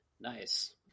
nice